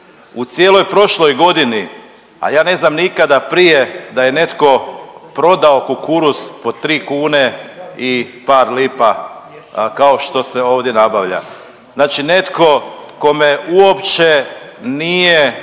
u cijeloj prošloj godini, a ja ne znam nikada prije da je netko prodao kukuruz po 3 kune i par lipa kao što se ovdje nabavlja, znači netko kome uopće nije